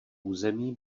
území